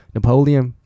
Napoleon